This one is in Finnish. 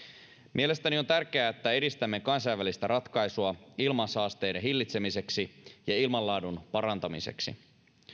mielestäni on tärkeää että edistämme kansainvälistä ratkaisua ilmansaasteiden hillitsemiseksi ja ilmanlaadun parantamiseksi